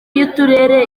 y’uturere